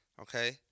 Okay